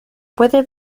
puede